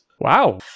Wow